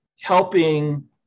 helping